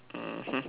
mmhmm